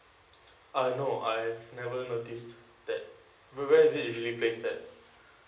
uh no I've never noticed that where is this if it place that